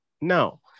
Now